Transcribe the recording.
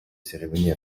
cérémonie